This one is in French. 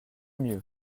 mieux